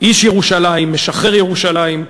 איש ירושלים, משחרר ירושלים,